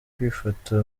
kwifata